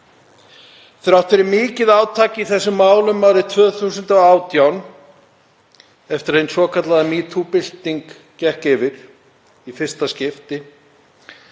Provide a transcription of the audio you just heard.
Þrátt fyrir mikið átak í þessum málum árið 2018, eftir að hin svokallaða #metoo-bylting gekk yfir í fyrsta skipti,